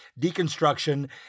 deconstruction